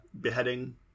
beheading